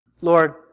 Lord